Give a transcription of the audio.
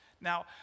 Now